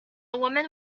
woman